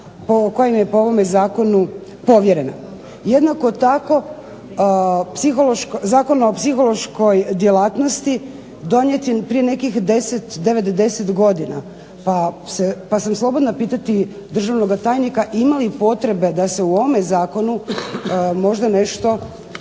koja im je po ovome zakonu povjerena. Jednako tako Zakon o psihološkoj djelatnosti donijet je prije nekih 9, 10 godina pa sam slobodna pitati državnoga tajnika ima li potrebe da se u ovome zakonu možda nešto